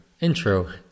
intro